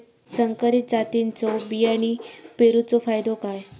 संकरित जातींच्यो बियाणी पेरूचो फायदो काय?